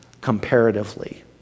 comparatively